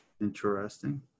Interesting